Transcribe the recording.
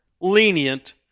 lenient